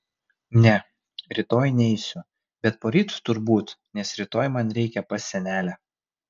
ne rytoj neisiu bet poryt turbūt nes rytoj man reikia pas senelę